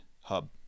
hub